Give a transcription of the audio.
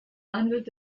handelt